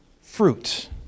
fruit